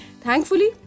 Thankfully